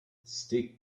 stick